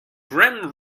grim